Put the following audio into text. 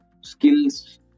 skills